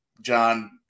John